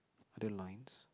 the lines